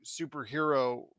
superhero